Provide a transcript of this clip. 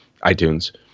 iTunes